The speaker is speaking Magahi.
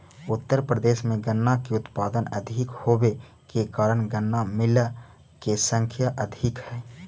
उत्तर प्रदेश में गन्ना के उत्पादन अधिक होवे के कारण गन्ना मिलऽ के संख्या अधिक हई